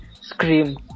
scream